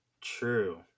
True